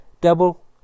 Double